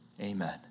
Amen